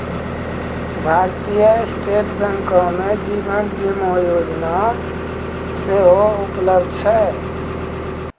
भारतीय स्टेट बैंको मे जीवन बीमा योजना सेहो उपलब्ध छै